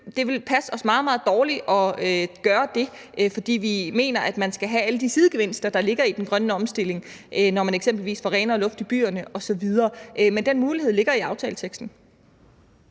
Det ville passe os meget, meget dårligt at gøre det, for vi mener, at man skal have alle de sidegevinster, der ligger i den grønne omstilling, når man eksempelvis får renere luft i byerne osv., men den mulighed ligger i aftaleteksten.